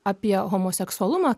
apie homoseksualumą